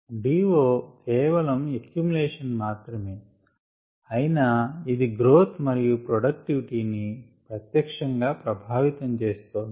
DO కేవలం accumulation మాత్రమే అయినా ఇది గ్రోత్ మరియు ప్రొడక్టివిటీ ని ప్రత్యక్షం గా ప్రభావితం చేస్తోంది